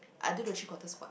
I do the three quarter squat